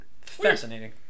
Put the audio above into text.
Fascinating